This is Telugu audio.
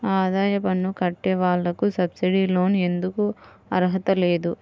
ఆదాయ పన్ను కట్టే వాళ్లకు సబ్సిడీ లోన్ ఎందుకు అర్హత లేదు?